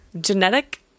Genetic